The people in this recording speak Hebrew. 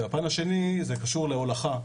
הפן השני קשור להולכה,